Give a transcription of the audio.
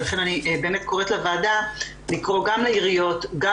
לכן אני קוראת לוועדה לקרוא גם לעיריות וגם